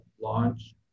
launch